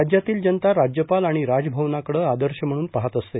राज्यातील जनता राज्यपाल आणि राजभवनाकडं आदर्श म्हणून पाहात असते